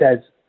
says